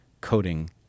coding